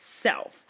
self